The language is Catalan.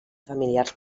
familiars